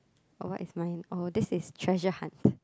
what is mine oh this is treasure hunt